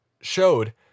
showed